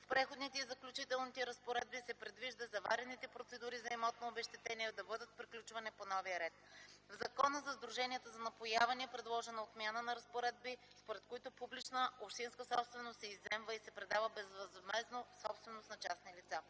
В преходните и заключителните разпоредби се предвижда заварените процедури за имотно обезщетение да бъдат приключвани по новия ред. В Закона за сдруженията за напояване е предложена отмяна на разпоредби, според които публична общинска собственост се изземва и се предава безвъзмездно в собственост на частни лица.